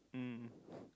mm